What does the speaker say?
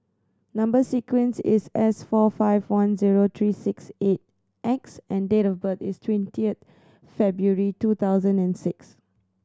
number sequence is S four five one zero three six eight X and date of birth is twentieth February two thousand and six